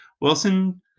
Wilson